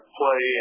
play